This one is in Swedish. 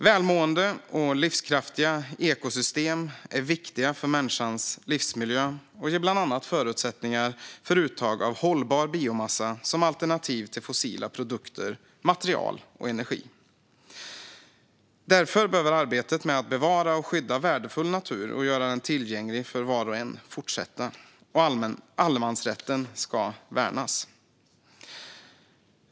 Välmående och livskraftiga ekosystem är viktiga för människans livsmiljö och ger bland annat förutsättningar för uttag av hållbar biomassa som alternativ till fossila produkter och material och fossil energi. Därför behöver arbetet med att bevara och skydda värdefull natur och göra den tillgänglig för var och en fortsätta. Allemansrätten ska värnas.